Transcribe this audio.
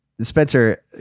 Spencer